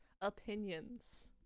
opinions